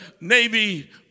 Navy